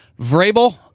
Vrabel